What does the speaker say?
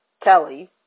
Kelly